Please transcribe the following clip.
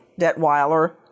Detweiler